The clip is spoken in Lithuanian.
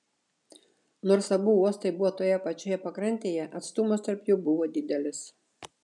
nors abu uostai buvo toje pačioje pakrantėje atstumas tarp jų buvo didelis